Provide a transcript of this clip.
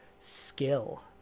skill